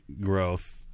growth